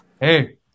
Hey